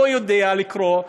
לא יודע לקרוא,